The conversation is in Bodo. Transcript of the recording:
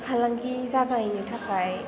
फालांगि जागायनो थाखाय